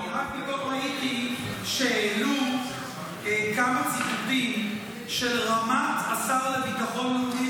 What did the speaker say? אני רק פתאום ראיתי שהעלו כמה ציטוטים של רמ"ט השר לביטחון לאומי,